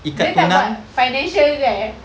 dia tak buat financial tu eh